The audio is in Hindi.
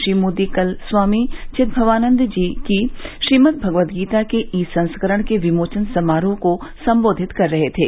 श्री मोदी कल स्वामी चिद्भवानदजी की श्रीमद्भगवदगीता के ई संस्करण के विमोचन समारोह को संबोधित कर रहे थे